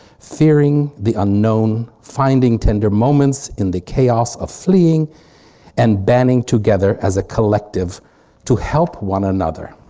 fearing the unknown, finding tender moments in the chaos of fleeing and banning together as a collective to help one another.